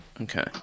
Okay